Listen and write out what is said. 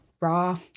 raw